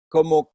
como